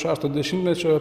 šešto dešimtmečio